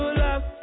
love